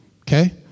Okay